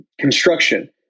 construction